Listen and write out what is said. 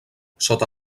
sota